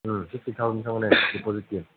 ꯎꯝ fifty thousand ꯆꯪꯕꯅꯦ ꯗꯤꯄꯣꯖꯤꯠꯀꯤ